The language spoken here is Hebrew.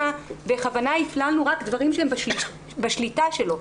בכוונה הכנסנו רק דברים שהם בשליטה שלו.